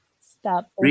stop